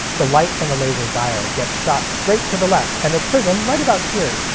the light from the laser diode gets shot straight to the left, and a prism, right about here,